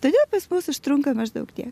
todėl pas mus užtrunka maždaug tiek